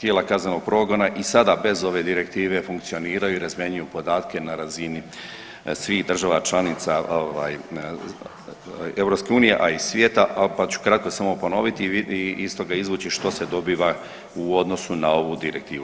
tijela kaznenog progona i sada bez ove direktive funkcioniraju i razmjenjuju podatke na razini svih država članica ovaj EU, a i svijeta, pa ću kratko samo ponoviti i iz toga izvući što se dobiva u odnosu na ovu direktivu.